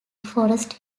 forest